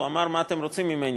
אמר: מה אתם רוצים ממני?